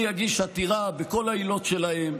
אני אגיש עתירה בכל העילות שלהם,